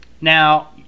Now